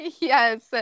yes